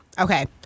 Okay